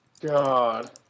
God